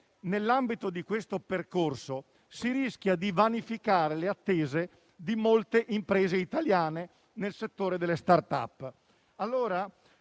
nell'ambito di questo percorso si rischia di vanificare le attese di molte imprese italiane nel settore delle *startup.*